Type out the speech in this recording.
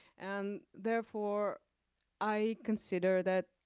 and therefore i consider that